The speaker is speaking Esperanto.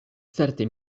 certe